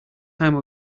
time